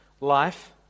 life